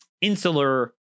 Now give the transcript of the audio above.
insular